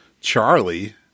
Charlie